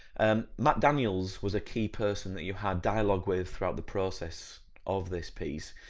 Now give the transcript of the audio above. and matt daniels was a key person that you had dialogue with throughout the process of this piece,